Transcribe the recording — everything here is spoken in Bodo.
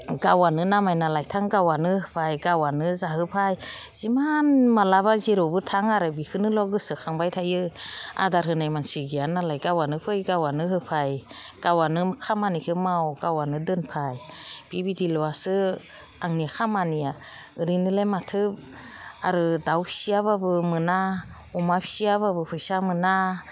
गावआनो नामायना लायथां गावआनो होफै गावआनो जाहोफै जिमान माब्लाबा जेरावबो थां आरो बेखौनोल' गोसोखांबाय थायो आदार होनाय मानसि गैया नालाय गावआनो फै गावआनो होफै गावआनो खामानिखौ माव गावआनो दोनफै बिबायदिल'सो आंनि खामानिया ओरैनोलाय माथो आरो दाउ फिसियाबाबो मोना अमा फिसियाबाबो फैसा मोना